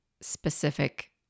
specific